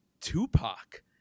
Tupac